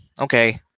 okay